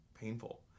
painful